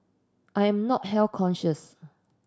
I am not health conscious